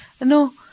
No